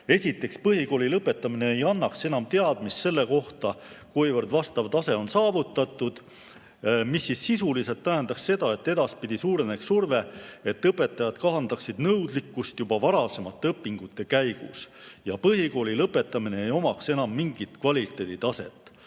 Esiteks, põhikooli lõpetamine ei annaks enam teadmist selle kohta, kuivõrd vastav tase on saavutatud. Sisuliselt tähendab see seda, et edaspidi suureneb surve, et õpetajad kahandaksid nõudlikkust juba varasemate õpingute käigus ja põhikooli lõpetamine ei omaks enam mingit kvaliteeditaset.